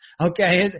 okay